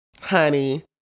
honey